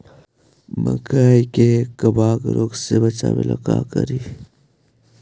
मकई के कबक रोग से बचाबे ला का करि?